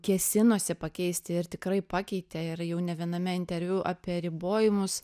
kėsinosi pakeisti ir tikrai pakeitė ir jau ne viename interviu apie ribojimus